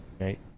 right